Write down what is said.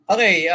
Okay